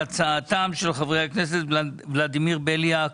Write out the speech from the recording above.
הצעתם של חברי הכנסת ולדימיר בליאק,